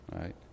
right